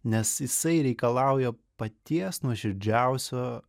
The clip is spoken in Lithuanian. nes jisai reikalauja paties nuoširdžiausio